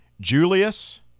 Julius